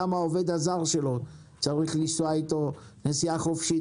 גם העובד הזר שלו צריך לנסוע איתו נסיעה חופשית.